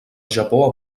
japó